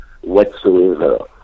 whatsoever